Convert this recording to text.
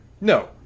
no